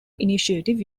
initiative